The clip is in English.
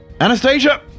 Anastasia